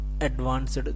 advanced